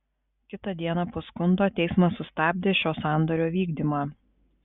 kitą dieną po skundo teismas sustabdė šio sandorio vykdymą